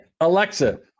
alexa